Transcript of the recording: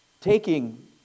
taking